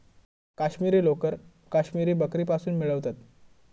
काश्मिरी लोकर काश्मिरी बकरीपासुन मिळवतत